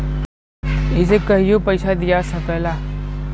इसे कहियों पइसा दिया सकला